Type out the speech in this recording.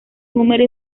número